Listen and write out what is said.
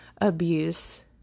abuse